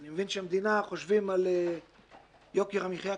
אני מבין שהמדינה חושבת על יוקר המחיה,